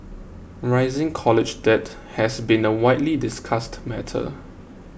rising college debt has been a widely discussed matter